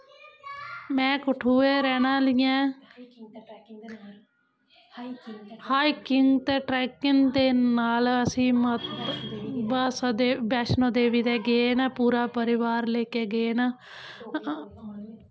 में कठुए रैह्नें आह्ली ऐं हाईकिंग ते ट्रैकिंग दे नाल असी बैैष्णों माता दै गे न पूरा परिवार लै के गे न